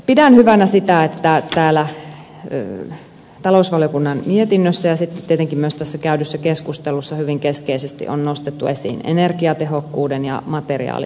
pidän hyvänä sitä että täällä talousvaliokunnan mietinnössä ja sitten tietenkin myös tässä käydyssä keskustelussa hyvin keskeisesti on nostettu esiin energiatehokkuuden ja materiaalitehokkuuden näkökulmaa